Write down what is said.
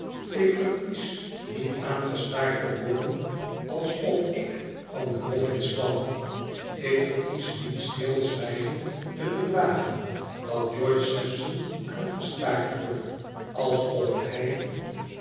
ik verkies niet aangestaard te worden alsof ik van de boffins kwam ik verkies niet stilzwijgend te verdragen dat george sampson aangestaard wordt alsof ay